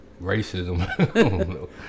racism